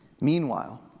Meanwhile